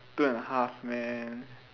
two and a half men